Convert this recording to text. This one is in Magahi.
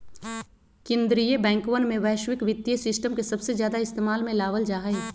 कीन्द्रीय बैंकवन में वैश्विक वित्तीय सिस्टम के सबसे ज्यादा इस्तेमाल में लावल जाहई